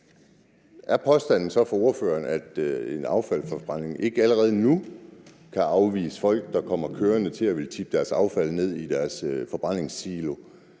er påstanden så fra ordføreren, at man på affaldsforbrændingsanlæg ikke allerede nu kan afvise folk, der kommer kørende og vil tippe deres affald ned i forbrændingssiloen?